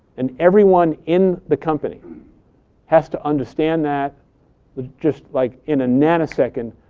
and everyone in the company has to understand that just, like, in a nanosecond.